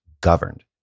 governed